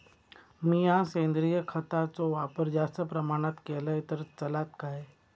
मीया सेंद्रिय खताचो वापर जास्त प्रमाणात केलय तर चलात काय?